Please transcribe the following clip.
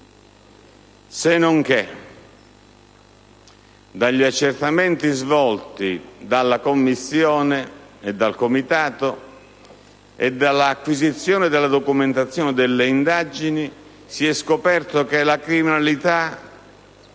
senonché, dagli accertamenti svolti dalla Commissione e dal Comitato e dall'acquisizione della documentazione delle indagini, si è visto che la criminalità